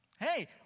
Hey